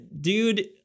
dude